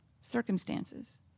circumstances